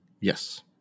Yes